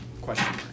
Question